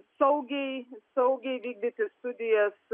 saugiai saugiai vykdyti studijas